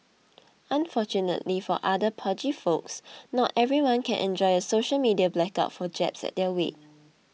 unfortunately for other pudgy folks not everyone can enjoy a social media blackout for jabs at their weight